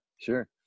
Sure